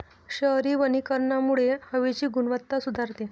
शहरी वनीकरणामुळे हवेची गुणवत्ता सुधारते